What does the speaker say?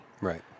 right